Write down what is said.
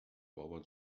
بابا